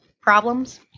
Problems